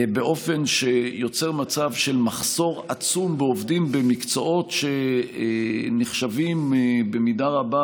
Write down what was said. באופן שיוצר מצב של מחסור עצום בעובדים במקצועות שנחשבים במידה רבה,